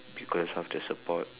because of the support